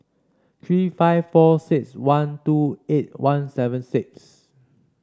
three five four six one two eight one seven six